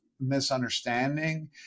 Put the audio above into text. misunderstanding